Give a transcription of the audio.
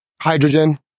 Hydrogen